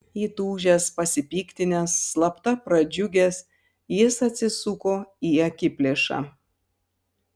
įtūžęs pasipiktinęs slapta pradžiugęs jis atsisuko į akiplėšą